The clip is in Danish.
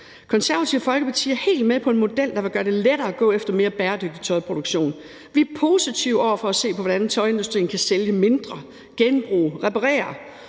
Konservative Folkeparti er helt med på en model, der vil gøre det lettere at gå efter en mere bæredygtig tøjproduktion. Vi er positive over for at se på, hvordan tøjindustrien kan sælge mindre, genbruge og reparere,